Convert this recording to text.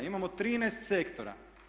Imamo 13 sektora.